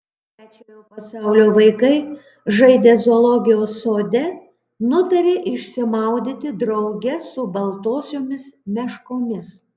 trečiojo pasaulio vaikai žaidę zoologijos sode nutarė išsimaudyti drauge su baltosiomis meškomis